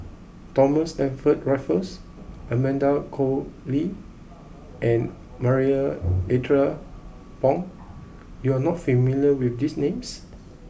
Thomas Stamford Raffles Amanda Koe Lee and Marie Ethel Bong you are not familiar with these names